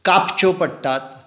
कापच्यो पडटात